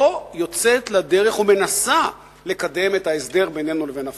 לא יוצאת לדרך ומנסה לקדם את ההסדר בינינו לבין הפלסטינים.